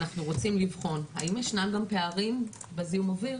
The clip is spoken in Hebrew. אנחנו רוצים לבחון האם ישנם גם פערים בזיהום אויר,